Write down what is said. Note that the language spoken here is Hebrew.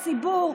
הציבור,